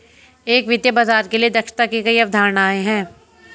एक वित्तीय बाजार के लिए दक्षता की कई अवधारणाएं हैं